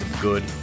good